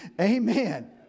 Amen